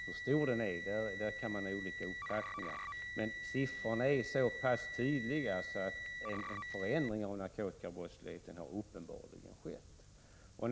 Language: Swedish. Hur stor den är kan man ha olika uppfattningar om, men siffrorna är så pass tydliga att de visar att en förändring av narkotikabrottsligheten uppenbarligen har skett.